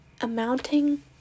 amounting